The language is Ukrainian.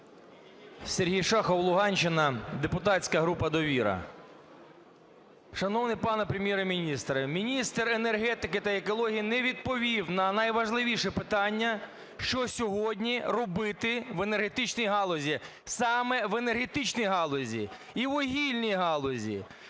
Сергій Шахов, Луганщина, депутатська група "Довіра". Шановний пане Прем'єр-міністре, міністр енергетики та екології не відповів на найважливіше питання: що сьогодні робити в енергетичній галузі? Саме в енергетичній галузі і вугільній галузі.